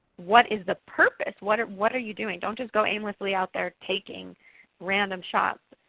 what is the purpose? what are what are you doing? don't just go aimlessly out there taking random shots.